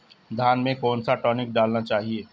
धान में कौन सा टॉनिक डालना चाहिए?